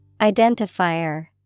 Identifier